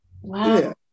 Wow